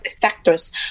factors